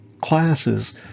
classes